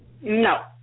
No